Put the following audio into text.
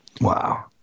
Wow